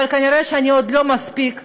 אבל כנראה שאני עוד לא מספיק,